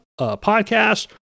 podcast